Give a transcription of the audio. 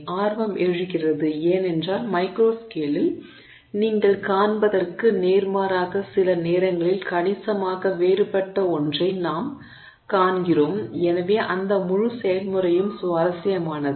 ஆர்வம் எழுகிறது ஏனென்றால் மைக்ரோஸ்கேலில் நீங்கள் காண்பதற்கு நேர்மாறாக சில நேரங்களில் கணிசமாக வேறுபட்ட ஒன்றை நாங்கள் காண்கிறோம் எனவே அந்த முழு செயல்முறையும் சுவாரஸ்யமானது